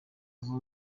kuva